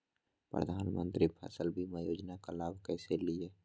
प्रधानमंत्री फसल बीमा योजना का लाभ कैसे लिये?